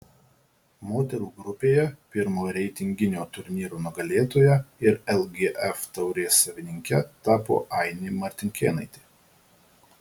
moterų grupėje pirmo reitinginio turnyro nugalėtoja ir lgf taurės savininke tapo ainė martinkėnaitė